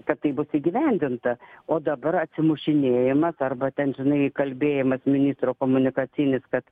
kad tai bus įgyvendinta o dabar atsimušinėjimas arba ten žinai kalbėjimas ministro komunikacinis kad